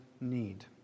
need